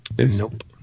Nope